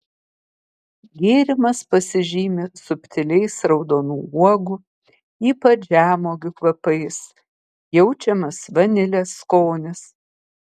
gėrimas pasižymi subtiliais raudonų uogų ypač žemuogių kvapais jaučiamas vanilės skonis